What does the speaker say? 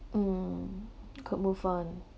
mm could move on